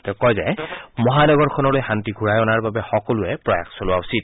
তেওঁ কয় যে মহানগৰখনলৈ শান্তি ঘূৰাই অনাৰ বাবে সকলোৱে প্ৰয়াস চলোৱা উচিত